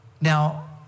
Now